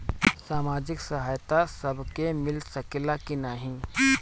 सामाजिक सहायता सबके मिल सकेला की नाहीं?